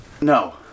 No